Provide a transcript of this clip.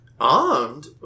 Armed